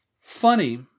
funny